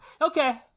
Okay